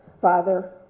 Father